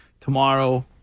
tomorrow